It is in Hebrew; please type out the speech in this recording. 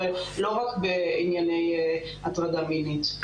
לא רק בענייני הטרדה מינית.